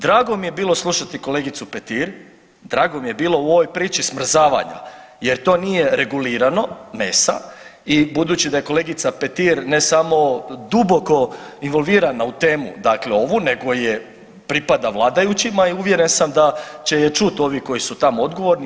Drago mi je bilo slušati kolegicu Petir, drago mi je bilo u ovoj priči smrzavanja jer to nije regulirano mesa i budući da je kolegica Petir ne samo duboko involvirana u temu, dakle ovu nego pripada vladajućima i uvjeren sam da će je čuti ovi koji su tamo odgovori.